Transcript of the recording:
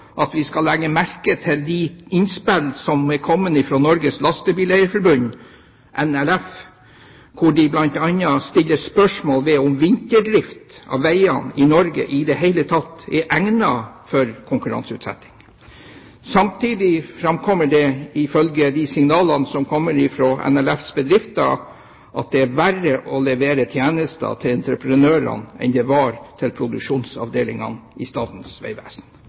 at vi skal legge merke til de innspill som er kommet fra Norges Lastebileier Forbund, NLF, hvor de bl.a. stiller spørsmål ved om vinterdrift av vegene i Norge i det hele tatt er egnet for konkurranseutsetting. Samtidig framkommer det, ifølge de signalene som kommer fra NLFs bedrifter, at det er verre å levere tjenester til entreprenørene enn det var til produksjonsavdelingene i Statens vegvesen.